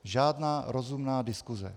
Žádná rozumná diskuse.